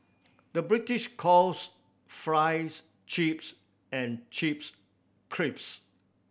the British calls fries chips and chips crisps